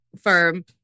firm